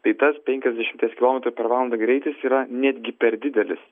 tai tas penkiasdešimties kilometrų per valandą greitis yra netgi per didelis